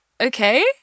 okay